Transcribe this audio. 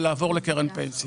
ולעבור לקרן פנסיה.